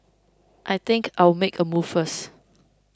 I think I'll make a move first